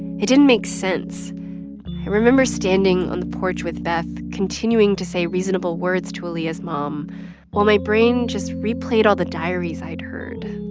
it didn't make sense. i remember standing on the porch with beth, continuing to say reasonable words to aaliyah's mom while my brain just replayed all the diaries i'd heard.